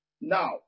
Now